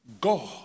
God